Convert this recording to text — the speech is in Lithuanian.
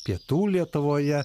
pietų lietuvoje